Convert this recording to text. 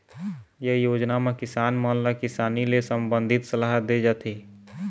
ए योजना म किसान मन ल किसानी ले संबंधित सलाह दे जाथे